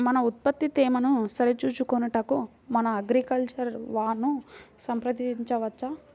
మన ఉత్పత్తి తేమను సరిచూచుకొనుటకు మన అగ్రికల్చర్ వా ను సంప్రదించవచ్చా?